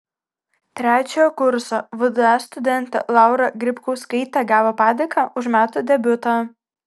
trečiojo kurso vda studentė laura grybkauskaitė gavo padėką už metų debiutą